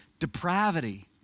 Depravity